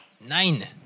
Nine